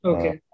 Okay